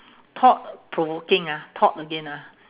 thought provoking ah thought again ah